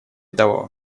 того